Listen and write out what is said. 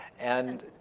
and